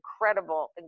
incredible